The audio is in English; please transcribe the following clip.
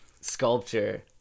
sculpture